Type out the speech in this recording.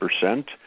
percent